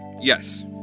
yes